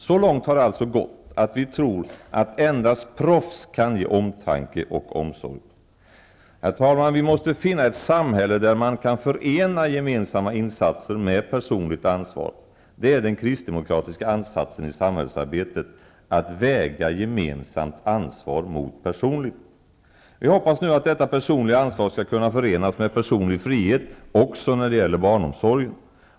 Så långt har det alltså gått, att vi tror att endast proffs kan ge omtanke och omsorg. Herr talman! Vi måste finna ett samhälle där man kan förena gemensamma insatser med personligt ansvar. Det är den kristdemokratiska ansatsen i samhällsarbetet, att väga gemensamt ansvar mot personligt. Vi hoppas nu att detta personliga ansvar skall kunna förenas med personlig frihet också när det gäller barnomsorgen.